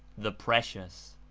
the precious.